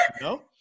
No